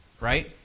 right